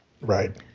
Right